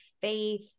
faith